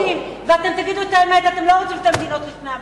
אתם לא רוצים שתי מדינות לשני עמים.